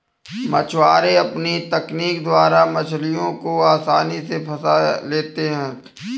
मछुआरे अपनी तकनीक द्वारा मछलियों को आसानी से फंसा लेते हैं